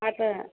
हा त